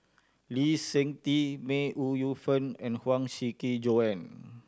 Lee Seng Tee May Ooi Yu Fen and Huang Shiqi Joan